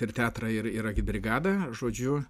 ir teatrą ir ir agitbrigadą žodžiu